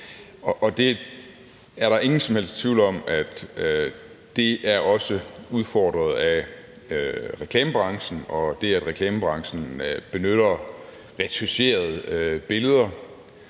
op til. Der er ingen som helst tvivl om, at det også er udfordret af reklamebranchen og det, at reklamebranchen i meget høj grad benytter